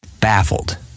Baffled